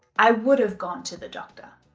i would have gone to the doctor.